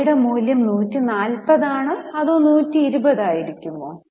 അവയുടെ മൂല്യം 140 ആണോ അതോ 120 ആയിരിക്കുമോ